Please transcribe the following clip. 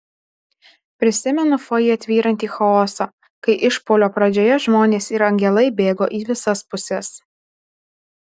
prisimenu fojė tvyrantį chaosą kai išpuolio pradžioje žmonės ir angelai bėgo į visas puses